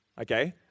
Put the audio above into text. okay